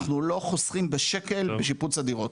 אנחנו לא חוסכים בשקל בשיפוץ הדירות.